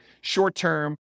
short-term